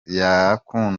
abahungu